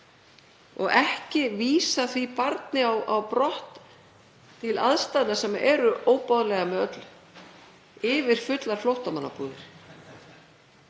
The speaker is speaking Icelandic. og ekki vísa því á brott til aðstæðna sem eru óboðlegar með öllu, í yfirfullar flóttamannabúðir,